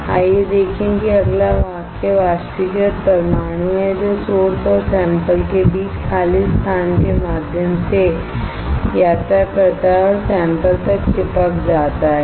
आइए देखें कि अगला वाक्य वाष्पीकृत परमाणु है जो सोर्स और सैंपल के बीच खाली स्थान के माध्यम से यात्रा करता है और सैंपल पर चिपक जाता है है ना